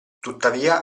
tuttavia